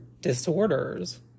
disorders